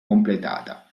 completata